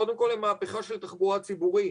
קודם כל, מהפיכה של תחבורה ציבורית,